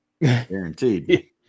guaranteed